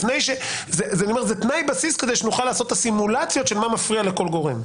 זה תנאי בסיס כדי שנוכל לעשות את הסימולציות של מה מפריע לכל גורם.